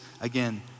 Again